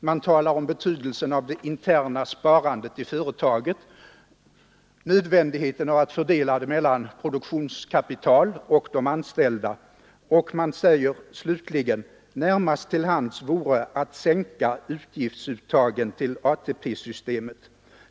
Man talar om betydelsen av det interna sparandet i företagen, och man säger slutligen att närmast till hands skulle det ligga att sänka avgiftsuttagen för ATP-systemet.